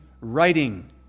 writing